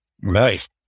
Nice